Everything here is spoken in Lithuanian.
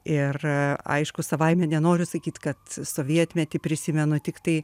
ir aišku savaime nenoriu sakyt kad sovietmetį prisimenu tiktai